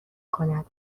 کند